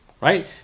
right